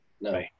no